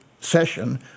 session